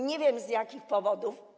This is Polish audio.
Nie wiem, z jakich powodów.